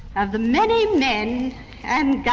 of the many men and yeah